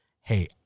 hey